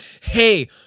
hey